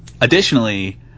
Additionally